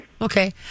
Okay